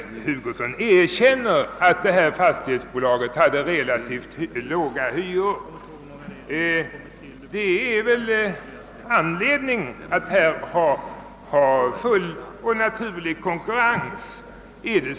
Herr Hugosson erkänner att detta fastighetsbolag hade relativt låga hyror. Det är väl anledning att här ha fullständig och naturlig konkurrens.